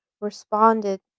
responded